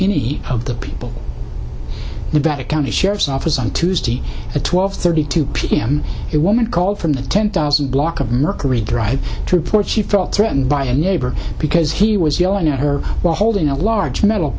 any of the people in better county sheriff's office on tuesday at twelve thirty two pm it woman called from the ten thousand block of mercury drive to report she felt threatened by a neighbor because he was yelling at her while holding a large metal